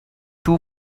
too